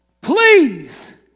please